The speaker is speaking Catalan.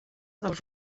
dels